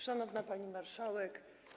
Szanowna Pani Marszałek!